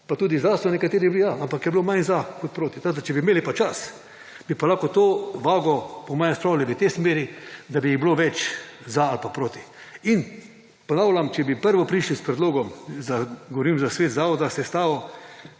pa tudi znanstveniki nekateri, ampak je bilo manj za kot proti. Tako, da če bi imeli pa čas, bi lahko to vago po moje spravili v tej smeri, da bi jih bilo več za ali pa proti. In ponavljam, če bi prvo prišli s predlogom, govorim za svet zavoda, sestavo,